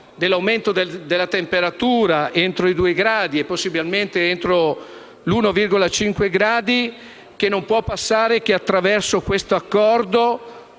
dell'aumento della temperatura entro i 2 gradi (possibilmente entro 1,5 gradi) non può che passare attraverso questo Accordo